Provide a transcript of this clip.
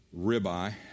ribeye